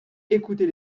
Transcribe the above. écoutez